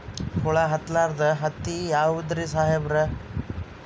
ಹುಳ ಹತ್ತಲಾರ್ದ ಹತ್ತಿ ಯಾವುದ್ರಿ ಸಾಹೇಬರ?